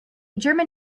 german